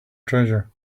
treasure